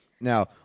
Now